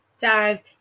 dive